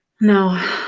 No